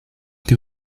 they